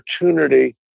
opportunity